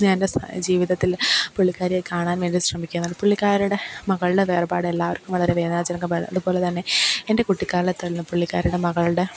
ഞാൻ എൻ്റെ ജീവിതത്തിൽ പുള്ളിക്കാരിയെ കാണാൻ വേണ്ടി ശ്രമിക്കുന്നത് പുള്ളിക്കാരിയുടെ മകളുടെ വേർപാട് എല്ലാവർക്കും വളരെ വേദനാചരികമാണ് അതുപോലെത്തന്നെ എൻ്റെ കുട്ടിക്കാലത്തെല്ലാം പുള്ളിക്കാരിയുടെ മകളുടെ